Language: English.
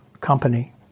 company